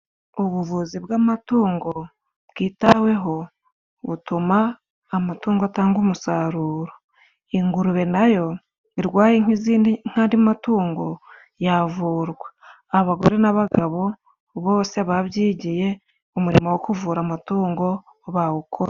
Ubuvuzi bw'amatungo bwitaweho butuma amatungo atanga umusaruro. Ingurube nayo irwaye nk'izindi nkadi matungo yavurwa. Abagore n'abagabo bose babyigiye umurimo wo kuvura amatungo bawukora.